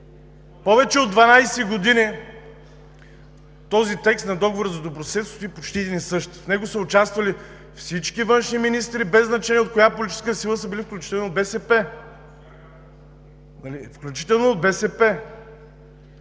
Повече от 12 години този текст на Договора за добросъседство стои почти един и същ. В него са участвали всички външни министри, без значение от коя политическа сила са били, включително и от БСП. Включително от БСП!